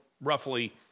roughly